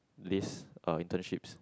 this uh internships